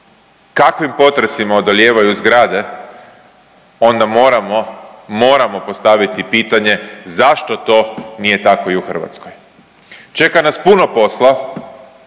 kakvim potresima odolijevaju zgrade onda moramo, moramo postaviti pitanje zašto to nije tako i u Hrvatskoj. Čeka nas puno posla.